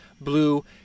blue